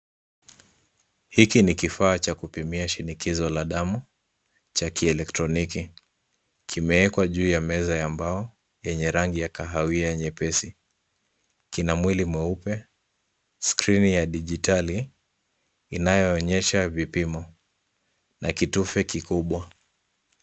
Hiki ni kifaa cha kupimia shinikizo la damu cha kieletroniki. Kimewekwa juu ya meza ya mbao yenye rangi ya kahawia nyepesi. Kina mwili mweupe, skrini ya dijitali inayoonyesha vipimo na kitufe kikubwa.